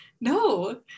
No